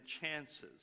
chances